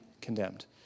condemned